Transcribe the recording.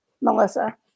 Melissa